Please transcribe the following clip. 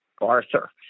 Arthur